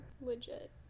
Legit